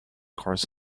chorus